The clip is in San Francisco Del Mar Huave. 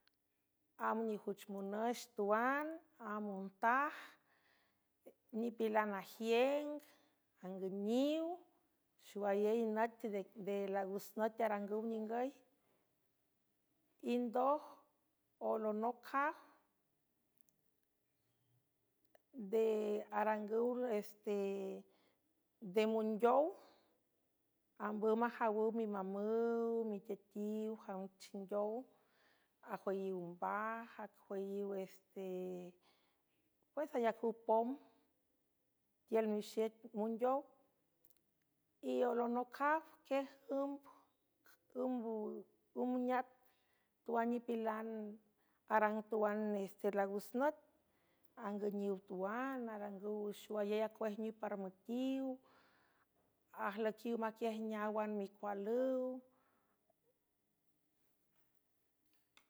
Amb nijüch munüx tuan amb montaj nipilan ajieng angüniw xowayey nüt nde lagus nüt arangüw ningüy indoj olonocaw nde arangüw este de mundeow ambüw majawüw mimamüw miteatiw janchindeow ajüyiw mbaj acüyiw spues ayacüw pom tiül miwxiet mundeow y olonocaf quiemmüm neat tuan nipilan arangtuan este lagus nüt angüniw twan arangüw xowayey acuejniw paramüetiw ajlüiquiw maquiaj neáwan micualüw.